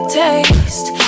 taste